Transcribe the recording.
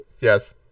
yes